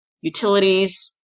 utilities